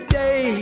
day